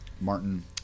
Martin